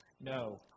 No